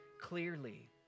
clearly